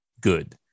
good